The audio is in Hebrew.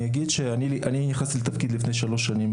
אני נכנסתי לתפקידי לפני שלוש שנים.